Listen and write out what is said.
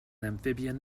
amphibian